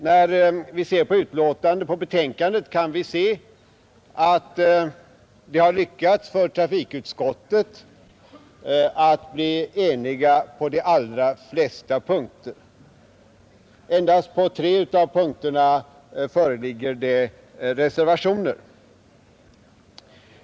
Då vi studerar betänkandet kan vi se att det lyckats för trafikutskottet att bli enigt på de allra flesta punkter. Endast på tre av punkterna föreligger reservationer.